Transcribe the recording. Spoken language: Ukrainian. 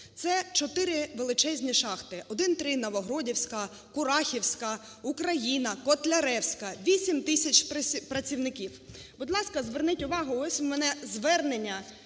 це чотири величезні шахти: "1-3 "Новогродівська", "Курахівська", "Україна", "Котляревська", 8 тисяч працівників. Будь ласка, зверніть увагу, ось у мене звернення